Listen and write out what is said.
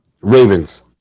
Ravens